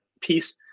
piece